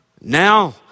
Now